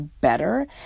better